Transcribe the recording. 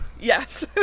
Yes